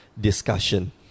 discussion